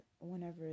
whenever